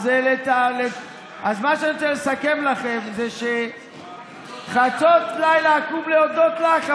אז מה שאני רוצה לסכם לכם זה ש"חצות לילה אקום להודות לך",